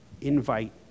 invite